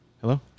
Hello